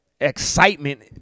excitement